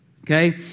okay